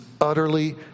utterly